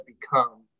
become